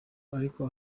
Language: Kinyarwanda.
ariko